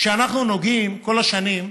כשאנחנו נוגעים, כל השנים,